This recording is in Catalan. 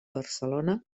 barcelona